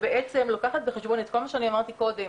שבעצם לוקחת בחשבון את כל מה שאני אמרתי קודם,